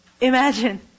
Imagine